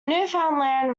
newfoundland